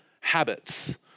habits